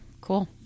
cool